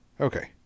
Okay